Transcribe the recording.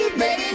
baby